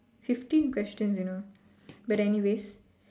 fifteen questions you know but anyways